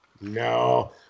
No